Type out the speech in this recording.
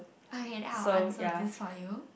I okay then I'll answer this for you